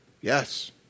Yes